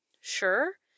Sure